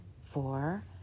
Four